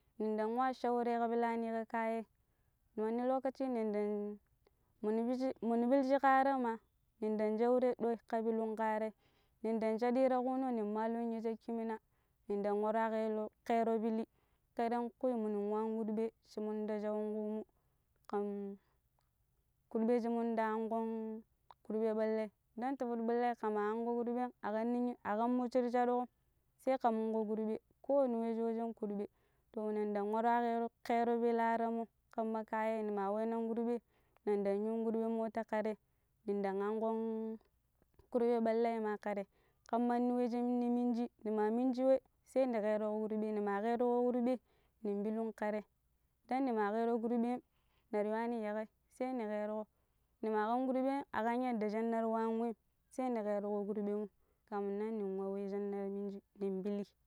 ninɗan wa Shau te ka pilani ka kayai munu lokacin mun ɗang munu pili munu pili shi ka ara ma nin ɗang shau te ɗoi ka pilun kka arai nin ɗang shaɗi ta ƙuno nin malon ya shakki mina nin ɗang wara kero kero pili kelenkwi minun wah kurɓe shi min ta shaun kumu kan kurɓe shi min ta anƙon kurɓe ɓallai ɗen tipi ɓallai ke ma anƙo kurɓem a kam niya a kam ni shir shaɗu sai ka munƙo kurɓe ko ni shoyen kurɓe to nin ɗang waro yero kero pili ara mo kam ma kayen ni ma we na kurɓe nin ɗang yu kurɓe mota ka tei nin ɗan anƙon kurɓe ɓallai ma ka tei kan manɗi wei shinne minji ni ma minji wei sai ni keruƙo kurɓe nima keruƙo kurɓei nin pilun ka ye tei nima kero kurɓem nir yuwani ya kai sai ni keruko ni ma mun kurɓem a kam yadda shinner wan wem sai ni keruƙo kurɓe mo ka mun nan nin wa we shin na minji nin pili